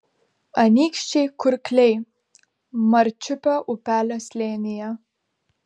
anykščiai kurkliai marčiupio upelio slėnyje